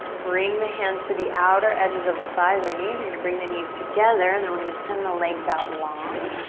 bring the hands to the outer edges of the thighs or the knees. you're gonna bring the knees together and then we're gonna send the legs out long.